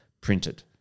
printed